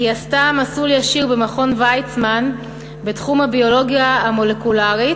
היא עשתה מסלול ישיר במכון ויצמן בתחום הביולוגיה המולקולרית,